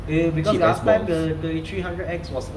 the because last time the thirty three hundred X was